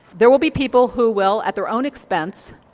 there will be people who will, at their own expense,